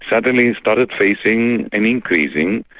suddenly started facing an increasing,